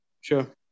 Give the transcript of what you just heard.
sure